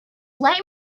light